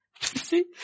See